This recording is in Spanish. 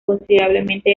considerablemente